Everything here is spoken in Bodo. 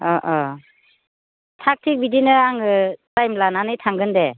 अह अह थाग थिक बिदिनो आङो टाइम लानानै थांगोन दे